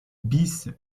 bis